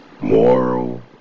moral